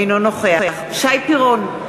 אינו נוכח שי פירון,